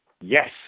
Yes